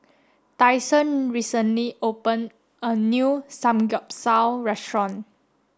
Tyson recently opened a new Samgyeopsal restaurant